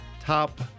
top